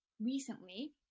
recently